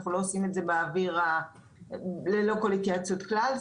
אנחנו לא עושים את זה באוור ללא כל התייעצות כלל.